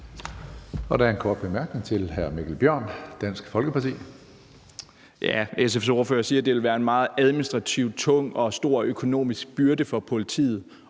Der er en kort bemærkning til hr. Mikkel Bjørn, Dansk Folkeparti. Kl. 16:11 Mikkel Bjørn (DF): SF's ordfører siger, at det vil være en meget administrativt tung og stor økonomisk byrde for politiet,